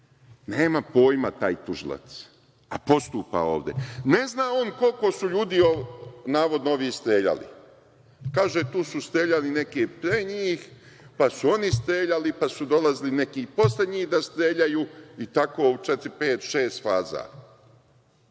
Nema pojma taj tužilac, a postupa ovde. Ne zna on koliko su navodno ljudi streljali. Kaže – tu su streljali neki pre njih, pa su oni streljali, pa su dolazili neki posle njih da streljaju, i tako u četiri, pet šest faza.